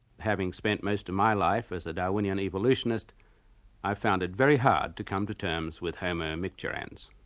having spent most of my life as a darwinian evolutionist i found it very hard to come to terms with homo micturans.